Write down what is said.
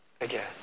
again